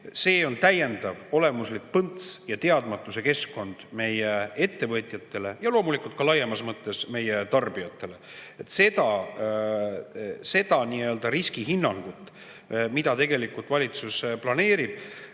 on täiendav olemuslik põnts ja teadmatuse keskkond meie ettevõtjatele, loomulikult ka laiemas mõttes meie tarbijatele. Seda riskihinnangut, mida valitsus planeerib